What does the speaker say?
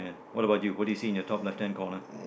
and what about you what do you see in your top left hand corner